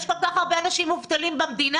יש כל כך הרבה אנשים מובטלים במדינה,